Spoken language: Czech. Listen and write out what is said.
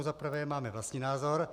Za prvé, máme vlastní názor.